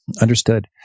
Understood